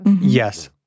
Yes